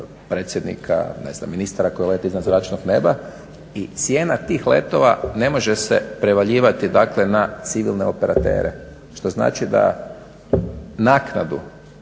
predsjednika, ministara koji lete iznad zračnog neba i cijena tih letova ne može se prevaljivati dakle na civilne operatere, što znači da naknadu,